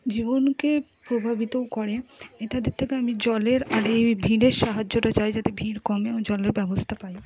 জীবনকে প্রভাবিতও করে নেতাদের থেকে আমি জলের আর এই ভিড়ের সাহায্যটা চাই যাতে ভিড় কমে ও জলের ব্যবস্থা পাই